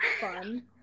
fun